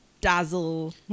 dazzle